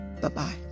bye-bye